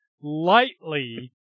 Lightly